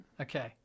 Okay